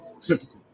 Typical